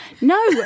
No